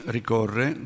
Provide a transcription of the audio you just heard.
ricorre